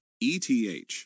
ETH